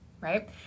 right